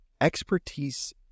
expertise